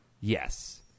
Yes